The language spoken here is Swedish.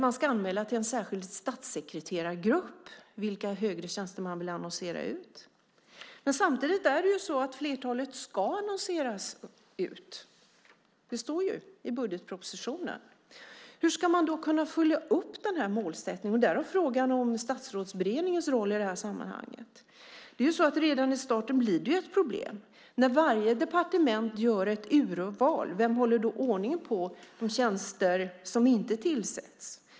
Man ska anmäla till en särskild statssekreterargrupp vilka högre tjänster man vill annonsera ut. Men samtidigt ska flertalet annonseras ut. Det står i budgetpropositionen. Hur ska man då följa upp målsättningen? Där kommer frågan om Statsrådsberedningens roll in i sammanhanget. Redan i starten blir det problem. När varje departement gör ett urval, vem håller då ordning på de tjänster som inte tillsätts?